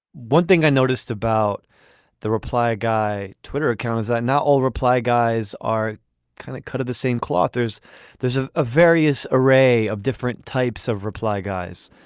one thing i noticed about the reply a guy twitter account is that not all reply guys are kind of cut of the same cloth. there's there's ah various array of different types of reply guys